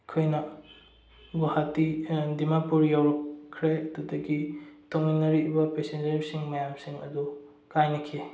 ꯑꯩꯈꯣꯏꯅ ꯒꯨꯍꯥꯇꯤ ꯗꯤꯃꯥꯄꯨꯔ ꯌꯧꯔꯛꯈ꯭ꯔꯦ ꯑꯗꯨꯗꯒꯤ ꯇꯣꯡꯃꯤꯟꯅꯔꯛꯏꯕ ꯄꯦꯁꯦꯟꯖꯔꯁꯤꯡ ꯃꯌꯥꯝꯁꯤꯡ ꯑꯗꯨ ꯀꯥꯏꯅꯈꯤ